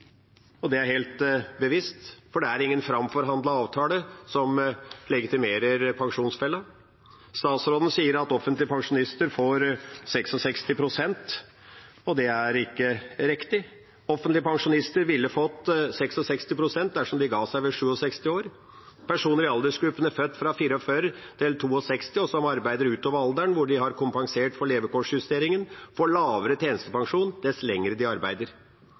Det er helt bevisst, for det er ingen framforhandlet avtale som legitimerer pensjonsfella. Statsråden sier at pensjonister med offentlig tjenestepensjon får 66 pst. Det er ikke riktig. Pensjonister med offentlig tjenestepensjon ville fått 66 pst. dersom de ga seg ved 67 år. Personer i aldersgruppene født fra 1944 til 1962 og som arbeider utover alderen, hvor det er kompensert for levealdersjustering, får lavere tjenestepensjon dess lenger de arbeider.